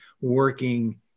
working